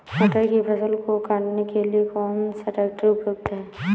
मटर की फसल को काटने के लिए कौन सा ट्रैक्टर उपयुक्त है?